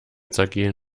zergehen